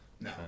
No